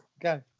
Go